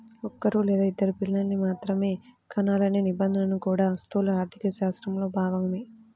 ఒక్కరూ లేదా ఇద్దరు పిల్లల్ని మాత్రమే కనాలనే నిబంధన కూడా స్థూల ఆర్థికశాస్త్రంలో భాగమే